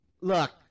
Look